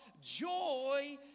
Joy